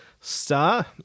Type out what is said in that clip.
star